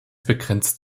begrenzt